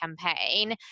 campaign